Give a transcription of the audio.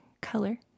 color